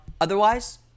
Otherwise